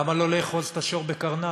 למה לא לאחוז את השור בקרניו?